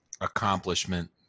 accomplishment